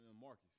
Marcus